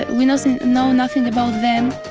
we know so know nothing about them